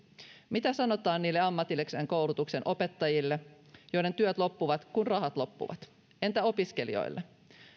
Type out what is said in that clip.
mitä sanotaan niille ammatillisen koulutuksen opettajille joiden työt loppuvat kun rahat loppuvat entä opiskelijoille